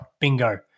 bingo